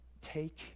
take